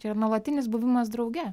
čia yra nuolatinis buvimas drauge